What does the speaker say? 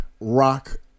rock